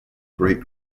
great